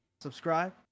subscribe